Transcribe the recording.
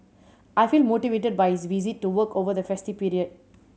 I feel motivated by his visit to work over the festive period